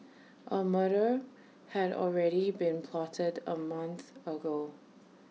A murder had already been plotted A month ago